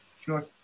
Sure